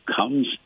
comes